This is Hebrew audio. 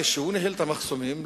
כשהוא ניהל את המחסומים,